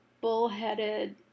bullheaded